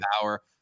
power